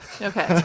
Okay